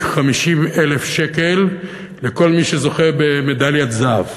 50,000 שקל לכל מי שזוכה במדליית זהב.